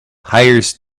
hires